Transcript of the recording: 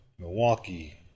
Milwaukee